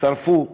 שרפו אותו.